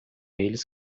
eles